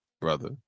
brother